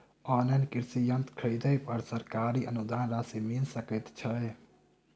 Online कृषि यंत्र खरीदे पर सरकारी अनुदान राशि मिल सकै छैय?